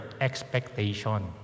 expectation